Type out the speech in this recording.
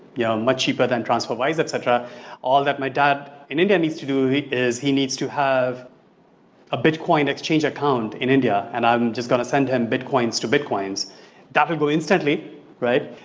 yeah much cheaper than transfer wires et cetera all that my dad in india needs to do is he needs to have a bit coin exchange account in india and i'm just going to send him bit coins to bit coins, that will go instantly right?